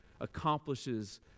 accomplishes